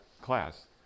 class